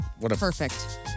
Perfect